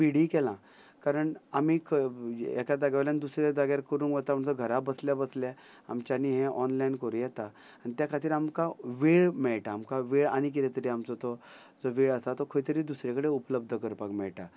speedy केलां कारण आमी एका जाग्यान दुसऱ्या जाग्यार करूंक वता आमच्या घरा बसल्या बसल्या आमच्यानी हें ऑनलायन करूं येता आनी त्या खातीर आमकां वेळ मेळटा आमकां वेळ आनी कितें तरी आमचो तो वेळ आसा तो खंय तरी दुसरे कडेन उपलब्ध करपाक मेळटा